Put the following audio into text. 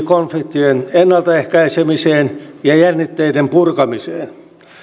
konfliktien ennaltaehkäisemiseen ja jännitteiden purkamiseen